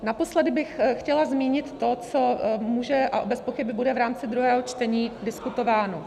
Naposledy bych chtěla zmínit to, co může a bezpochyby bude v rámci druhého čtení diskutováno.